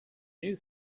new